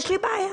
בעיה.